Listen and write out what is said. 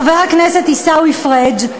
חבר הכנסת עיסאווי פריג',